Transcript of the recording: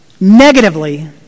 negatively